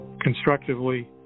constructively